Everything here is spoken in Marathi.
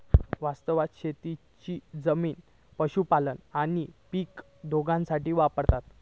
वास्तवात शेतीची जमीन पशुपालन आणि पीक दोघांसाठी वापरतत